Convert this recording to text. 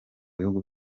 bihugu